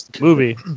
movie